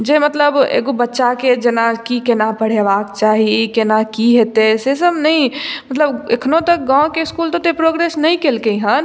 जे मतलब एगो बच्चाके जेना की केना पढ़ेबाक चाही केना की हेतय से सब नहि मतलब एखनो तक गाँवके इसकुल तऽ ओते प्रोग्रेस नहि कयलकइ हन